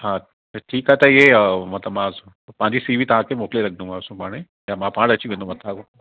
हा ट ठीकु आहे त इहे मतिलब मां सि पंहिंजी सीवी तव्हांखे मोकिले रखिदोमाव सुभाणे त पाण अची वेंदो मतां को